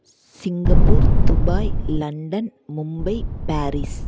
Singapore Dubai London Mumbai Paris